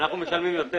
אנחנו משלמים יותר.